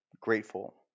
grateful